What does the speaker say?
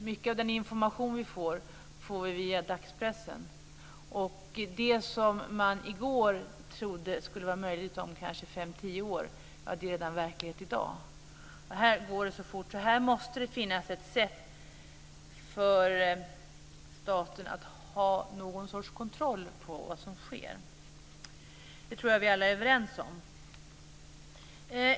Mycket av den information som vi får kommer via dagspressen. Det som man i går trodde skulle vara möjligt om kanske fem tio år är verklighet redan i dag. Här går det fort, så här måste det finnas ett sätt för staten att ha någon sorts kontroll på vad som sker. Det tror jag vi alla är överens om.